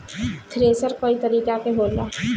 thresher कई तरीका के होला